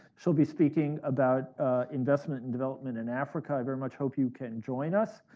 she'll be speaking about investment and development in africa. i very much hope you can join us.